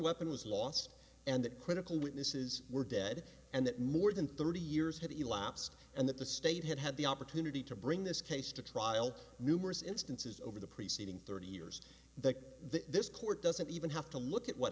weapon was lost and that critical witnesses were dead and that more than thirty years have elapsed and that the state had had the opportunity to bring this case to trial numerous instances over the preceding thirty years that this court doesn't even have to look at what